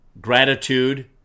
gratitude